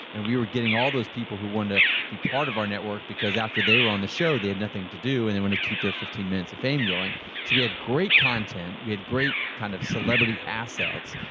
and we were getting all those people who wanted to be part of our network because after they were on the show, they had nothing to do, and they want to keep their fifteen minutes of fame going. so we had great content, we had great kind of celebrity assets.